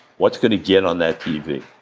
what's gonna get on that tv?